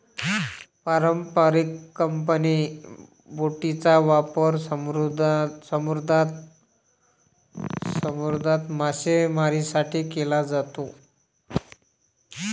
पारंपारिकपणे, बोटींचा वापर समुद्रात मासेमारीसाठी केला जातो